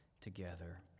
together